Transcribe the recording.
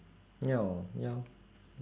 ya hor ya